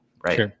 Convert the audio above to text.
right